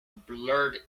blurred